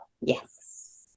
Yes